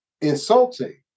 insulting